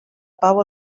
pau